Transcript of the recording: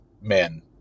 men